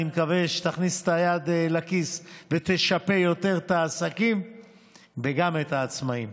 אני מקווה שתכניס את היד לכיס ותשפה יותר את העסקים וגם את העצמאים.